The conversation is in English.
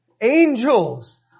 Angels